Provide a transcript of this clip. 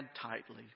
tightly